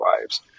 lives